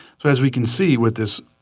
so as we can see with this.